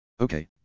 Okay